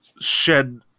shed